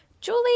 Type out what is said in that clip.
Julie